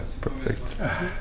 Perfect